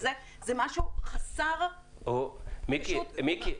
זה משהו חסר --- מיקי,